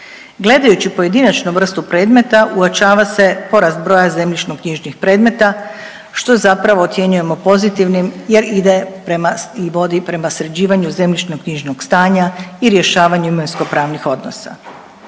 Gledajući pojedinačno vrstu predmeta, uočava se porast broja zemljišnoknjižnih predmeta, što zapravo ocjenjujemo pozitivnim jer ide prema i vodi prema sređivanju zemljišnoknjižnog stanja i rješavanju imovinskopravnih odnosa.